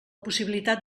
possibilitat